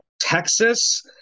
Texas